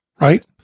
right